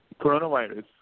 coronavirus